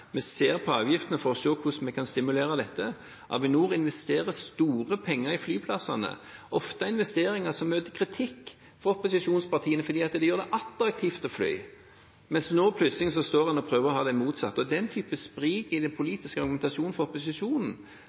Vi ser på avgiftene for å se på hvordan vi kan stimulere dette. Avinor investerer store penger i flyplassene, ofte investeringer som møter kritikk fra opposisjonspartiene fordi de gjør det attraktivt å fly, mens nå plutselig står en og prøver å ha det motsatt. Den type sprik i den politiske argumentasjonen fra opposisjonen